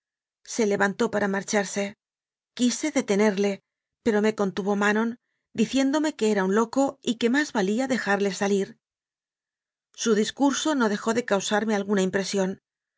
se levantó para marcharse quise detenerle pero me contuvo manon diciéndome que era un loco y que más valía dejarle salir su discurso no dejó de causarme alguna